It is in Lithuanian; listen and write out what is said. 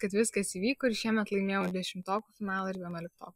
kad viskas įvyko ir šiemet laimėjau dešimtokų finalą ir vienuoliktokų